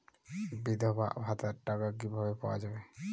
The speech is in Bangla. বিধবা ভাতার টাকা কিভাবে পাওয়া যাবে?